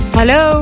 Hello